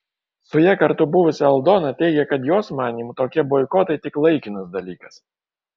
su ja kartu buvusi aldona teigė kad jos manymu tokie boikotai tik laikinas dalykas